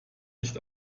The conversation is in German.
nicht